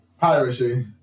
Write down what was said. piracy